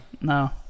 No